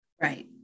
Right